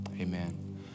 Amen